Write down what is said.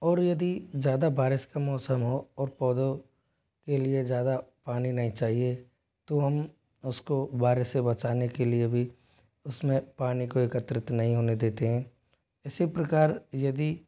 और यदि ज़्यादा बारिश का मौसम हो और पौधो के लिए ज़्यादा पानी नहीं चाहिए तो हम उसको बारिश से बचाने के लिए भी उसमें पानी को एकत्रित नहीं होने देते हैं इसी प्रकार यदि